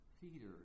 Peter